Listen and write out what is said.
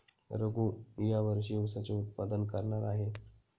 रघू या वर्षी ऊसाचे उत्पादन करणार आहे